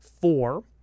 four